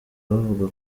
bavuga